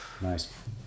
nice